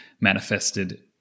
manifested